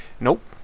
Nope